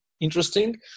interesting